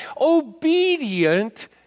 obedient